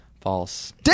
False